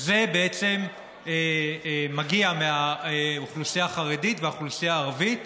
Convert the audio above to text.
בעצם מגיע מהאוכלוסייה החרדית ומהאוכלוסייה הערבית,